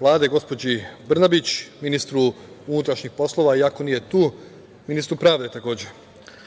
Vlade, gospođi Brnabić, ministru unutrašnjih poslova, i ako nije tu, ministru pravde, takođe.